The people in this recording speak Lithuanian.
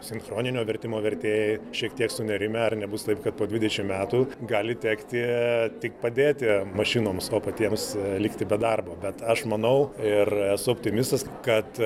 sinchroninio vertimo vertėjai šiek tiek sunerimę ar nebus taip kad po dvidešimt metų gali tekti tik padėti mašinoms o patiems likti be darbo bet aš manau ir esu optimistas kad